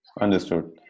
Understood